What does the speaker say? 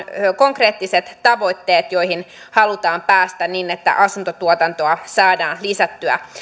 konkreettiset tavoitteet joihin halutaan päästä niin että asuntotuotantoa saadaan lisättyä